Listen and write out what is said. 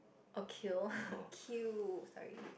or kill queue sorry